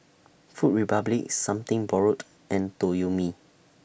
Food Republic Something Borrowed and Toyomi